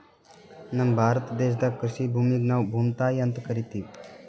ನಮ್ ಭಾರತ ದೇಶದಾಗ್ ಕೃಷಿ ಭೂಮಿಗ್ ನಾವ್ ಭೂಮ್ತಾಯಿ ಅಂತಾ ಕರಿತಿವ್